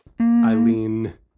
Eileen